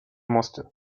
musste